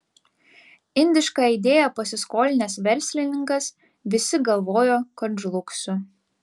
indišką idėją pasiskolinęs verslininkas visi galvojo kad žlugsiu